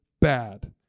bad